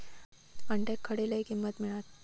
अंड्याक खडे लय किंमत मिळात?